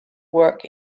work